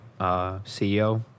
CEO